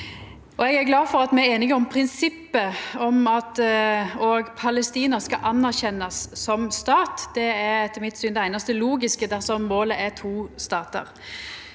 Eg er glad for at me er einige om prinsippet, og at Palestina skal anerkjennast som stat, er etter mitt syn det einaste logiske dersom målet er to statar.